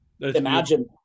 Imagine